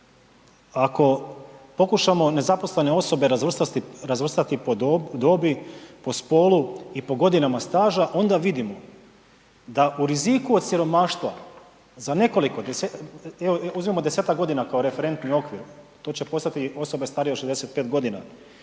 ako pokušamo nezaposlene osobe razvrstati po dobi, po spolu i po godinama staža, onda vidimo da u riziku od siromaštva za nekoliko mjeseci, evo uzmimo 10-tak godina kao referentni okvir, to će postati osobe starije od 65.g.